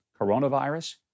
coronavirus